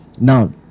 now